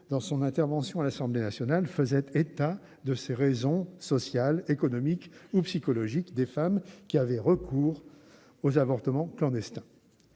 dans son intervention à l'Assemblée nationale, faisait état des raisons sociales, économiques ou psychologiques des femmes ayant recours aux avortements clandestins.